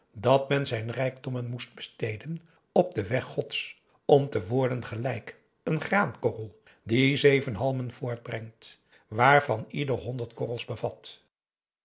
dat men zijn rijkdommen moest besteden op den weg gods om te worden gelijk een graankorrel aum boe akar eel die zeven halmen voortbrengt waarvan ieder honderd korrels bevat